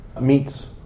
Meats